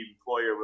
employer